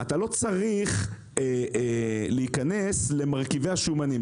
אתה לא צריך להיכנס למרכיבי השומנים.